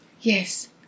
Yes